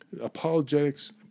apologetics